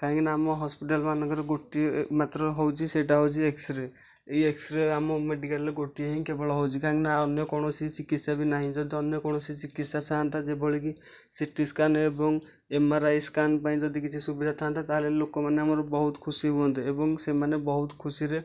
କାହିଁ କି ନାଁ ଆମ ହସ୍ପିଟାଲ ମାନଙ୍କରେ ଗୋଟିଏ ମାତ୍ର ହେଉଛି ସେଟା ହେଉଛି ଏକ୍ସ ରେ ଏଇ ଏକ୍ସ ରେ ଆମ ମେଡିକାଲରେ ଗୋଟିଏ ହିଁ କେବଳ ହେଉଛି କାହିଁକିନା ଅନ୍ୟ କୌଣସି ଚିକିତ୍ସା ବି ନାହିଁ ଯଦି ଅନ୍ୟ କୌଣସି ଚିକିତ୍ସା ଥା'ନ୍ତା ଯେଭଳି କି ସିଟିସ୍କାନ ଏବଂ ଏମଆରଆଇ ସ୍କାନ ପାଇଁ ଯଦି କିଛି ସୁବିଧା ଥାନ୍ତା ତାହେଲେ ଲୋକମାନେ ଆମର ବହୁତ ଖୁସି ହୁଅନ୍ତେ ଏବଂ ସେମାନେ ବହୁତ ଖୁସି ରେ